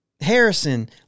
Harrison